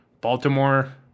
Baltimore